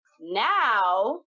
Now